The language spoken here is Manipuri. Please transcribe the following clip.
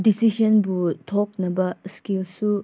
ꯗꯤꯁꯤꯖꯟꯕꯨ ꯊꯣꯛꯅꯕ ꯁ꯭ꯀꯤꯜꯁꯨ